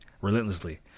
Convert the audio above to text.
Relentlessly